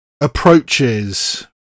approaches